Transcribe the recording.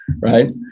right